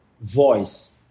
voice